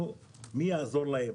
מי יעזור להם?